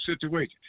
situation